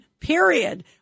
period